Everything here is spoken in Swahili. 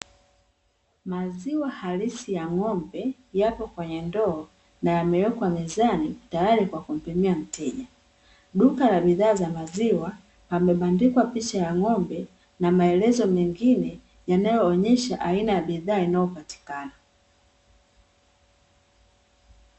Maziwa halisi ya ng'ombe yapo kwenye ndoo na yamewekwa mezani tayari kwa kumpimia mteja, duka la bidhaa za maziwa pamebandikwa picha ya ng'ombe na maelezo mengine, yanayoonyesha aina ya bidhaa inayopatikana.